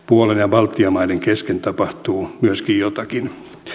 baltian maiden kesken tapahtuu myöskin jotakin